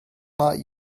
not